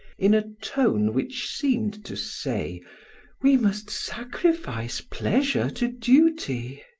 in a tone which seemed to say we must sacrifice pleasure to duty.